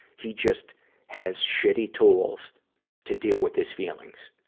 he just has shitty tools to deal with his feelings,